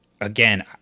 again